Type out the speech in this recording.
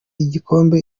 y’igikombe